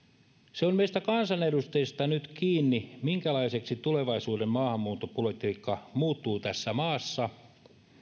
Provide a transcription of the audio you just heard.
se on nyt meistä kansanedustajista kiinni minkälaiseksi tulevaisuuden maahanmuuttopolitiikka muuttuu tässä maassa